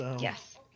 yes